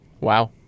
Wow